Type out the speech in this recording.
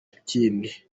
kindi